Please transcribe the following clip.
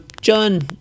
John